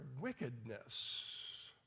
wickedness